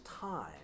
time